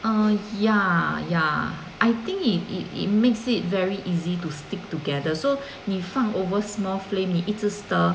oh ya ya I think it it it makes it very easy to stick together so 你放 over small flame 你一直 stir